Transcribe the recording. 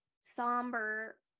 somber